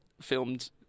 filmed